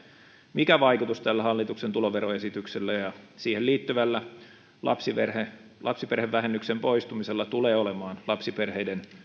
mikä vaikutus tällä hallituksen tuloveroesityksellä ja siihen liittyvällä lapsiperhevähennyksen poistumisella tulee olemaan lapsiperheiden